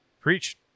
Preach